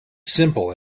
simple